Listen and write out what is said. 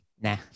Nah